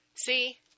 See